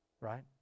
Right